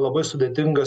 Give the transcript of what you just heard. labai sudėtingas